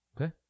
Okay